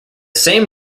same